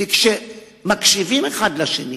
כי כשמקשיבים אחד לשני,